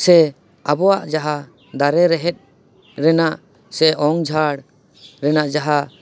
ᱥᱮ ᱟᱵᱚᱣᱟᱜ ᱡᱟᱦᱟᱸ ᱫᱟᱨᱮ ᱨᱮᱦᱮᱫ ᱨᱮᱱᱟᱜ ᱥᱮ ᱚᱝ ᱡᱷᱟᱲ ᱨᱮᱱᱟᱜ ᱡᱟᱦᱟᱸ